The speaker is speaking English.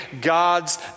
god's